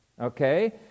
okay